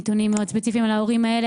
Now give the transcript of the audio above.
נתונים מאוד ספציפיים על ההורים האלה,